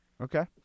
Okay